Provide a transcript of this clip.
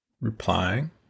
replying